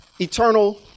eternal